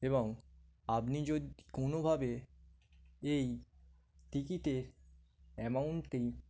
এবং আপনি যদি কোনোভাবে এই টিকিটের অ্যামাউন্টটি